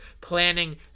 planning